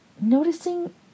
noticing